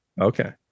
Okay